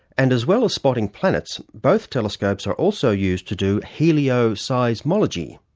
and as well as spotting planets, both telescopes are also used to do helioseismology.